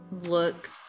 look